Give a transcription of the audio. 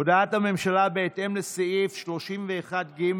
הודעת הממשלה בהתאם לסעיף 31(ג)